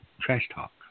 trash-talk